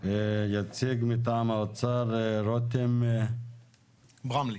יציג מטעם האוצר, רותם ברמלי,